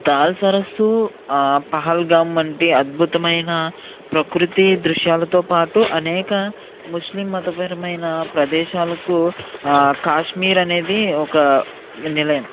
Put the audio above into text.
దాల్ సరస్సు పహల్గమంటి అద్భుతమైన ప్రకృతి దృశ్యాలతో పాటు అనేక ముస్లిం మతపరమైన ప్రదేశాలకు కాశ్మీర్ అనేది ఒక నిలయం